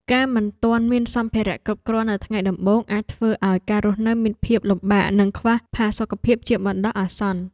ការមិនទាន់មានសម្ភារៈគ្រប់គ្រាន់នៅថ្ងៃដំបូងអាចធ្វើឱ្យការរស់នៅមានភាពលំបាកនិងខ្វះផាសុកភាពជាបណ្ដោះអាសន្ន។